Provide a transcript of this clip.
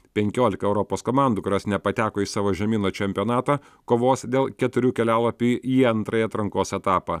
penkiolika europos komandų kurios nepateko į savo žemyno čempionatą kovos dėl keturių kelialapių į antrąjį atrankos etapą